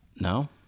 No